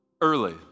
early